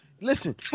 Listen